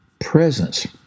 presence